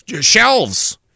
shelves